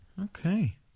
Okay